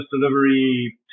delivery